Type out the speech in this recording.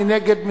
מי נגד?